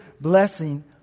blessing